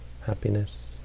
happiness